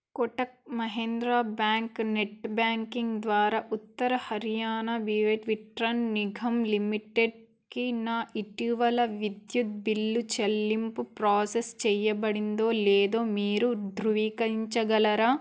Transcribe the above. Kotak Mahindra bank net banking ద్వారా ఉత్తర హర్యానా బిజిలి వితరన్ నిగమ్ లిమిటెడ్కి నా ఇటీవల విద్యుత్ బిల్లు చెల్లింపు ప్రోసెస్ చేయబడిందో లేదో మీరు ధృవీకరించగలరా